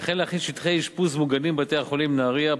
וכן להכין שטחי אשפוז מוגנים בבתי-החולים "נהרייה",